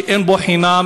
שאין בו חינם,